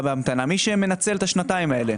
בהמתנה; מי שמנצלים את השנתיים האלה.